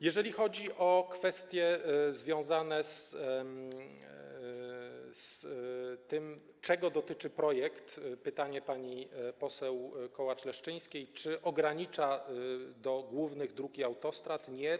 Jeżeli chodzi o kwestie związane z tym, czego dotyczy projekt - pytanie pani poseł Kołacz-Leszczyńskiej - czy ogranicza się do głównych dróg i autostrad, to odpowiadam, że nie.